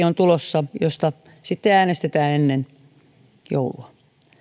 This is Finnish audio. on talousarvioaloitekin josta sitten äänestetään ennen joulua